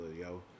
yo